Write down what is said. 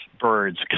birds